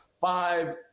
five